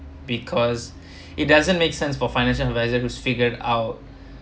because it doesn't make sense for financial advisor whose figured out